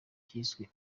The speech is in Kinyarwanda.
cyiswe